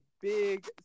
big